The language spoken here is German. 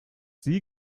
sie